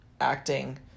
acting